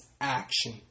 action